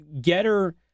getter